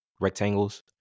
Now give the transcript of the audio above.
rectangles